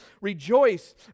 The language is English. rejoice